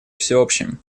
всеобщим